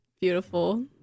Beautiful